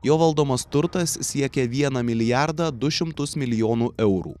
jo valdomas turtas siekia vieną milijardą du šimtus milijonų eurų